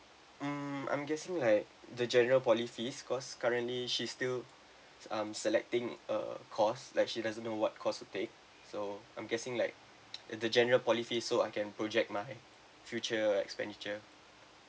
mm I'm guessing like the general poly fees cause currently she's still um selecting a course like she doesn't know what course to take so I'm guessing like in the general poly fees so I can project my future expenditure